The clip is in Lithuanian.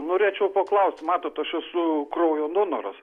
norėčiau paklausti matot aš esu kraujo donoras